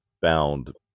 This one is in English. found